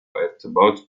ارتباط